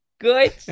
good